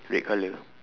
red colour